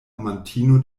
amantino